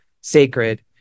sacred